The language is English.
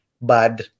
bad